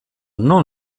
non